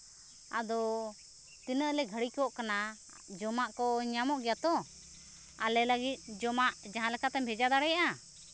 ᱟᱫᱚ ᱛᱤᱱᱟᱹᱜ ᱞᱮ ᱜᱷᱟᱹᱲᱤᱠᱚᱜ ᱠᱟᱱᱟ ᱡᱚᱢᱟᱜ ᱠᱚ ᱧᱟᱢᱚᱜ ᱜᱮᱭᱟ ᱛᱚ ᱟᱞᱮ ᱞᱟᱹᱜᱤᱫ ᱛᱮ ᱡᱚᱢᱟᱜ ᱡᱟᱦᱟᱸ ᱞᱮᱠᱟᱛᱮᱢ ᱵᱷᱮᱡᱟ ᱫᱟᱲᱮᱭᱟᱜᱼᱟ